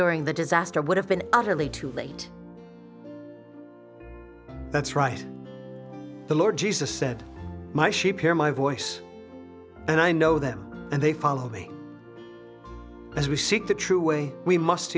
during the disaster would have been utterly too late that's right the lord jesus said my sheep hear my voice and i know them and they follow me as we seek the true way we must